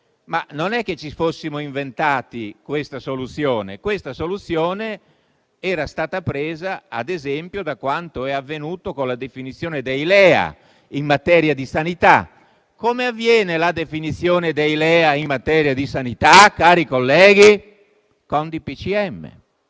Non è che ci fossimo inventati questa soluzione; questa era stata presa, ad esempio, da quanto è avvenuto con la definizione dei LEA in materia di sanità. Come avviene la definizione dei LEA in materia di sanità, cari colleghi? Avviene